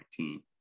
2019